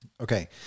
Okay